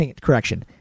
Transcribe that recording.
correction